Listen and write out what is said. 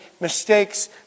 mistakes